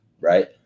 right